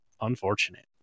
Unfortunate